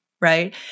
right